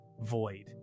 void